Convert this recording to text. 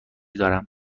دارم